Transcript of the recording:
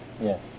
Yes